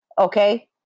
Okay